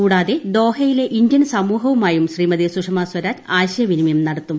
കൂടാതെ ദോഹയിലെ ഇന്ത്യൻ സമൂഹവുമായും ശ്രീമതി സുഷമസ്വരാജ് ആശയ വിനിമയം നടത്തും